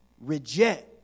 reject